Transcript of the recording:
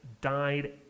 died